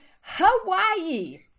Hawaii